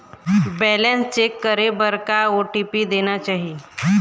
Balance check करे बर का ओ.टी.पी देना चाही?